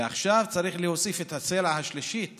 ועכשיו צריך להוסיף את הצלע השלישית